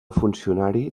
funcionari